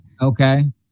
Okay